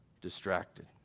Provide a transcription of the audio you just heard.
distracted